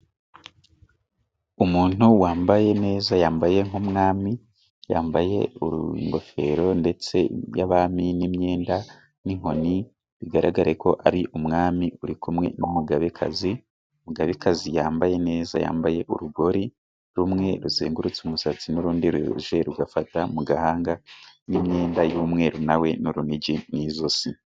Umuntu wambaye neza yambaye nk'umwami, yambaye ingofero ndetse y'abami n'imyenda n'inkoni, bigaragare ko ari umwami uri kumwe n'umugabekazi. Umugabekazi yambaye neza, yambaye urugori rumwe ruzengurutse umusatsi, n'urundi ruje rugafata mu gahanga, n'imyenda y'umweru nawe n'urunigi mu izosi.